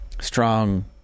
strong